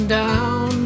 down